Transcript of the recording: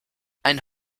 ein